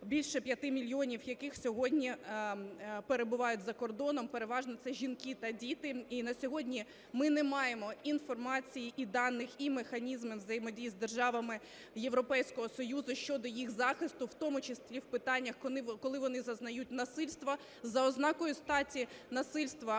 більше 5 мільйонів яких сьогодні перебувають за кордоном. Переважно це жінки та діти. І на сьогодні ми не маємо інформації, і даних, і механізмів взаємодії з державами Європейського Союзу щодо їх захисту, в тому числі в питаннях, коли вони зазнають насильство за ознакою статі, насильства